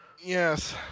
Yes